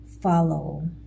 follow